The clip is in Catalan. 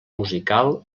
musical